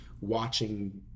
watching